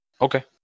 okay